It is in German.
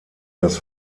das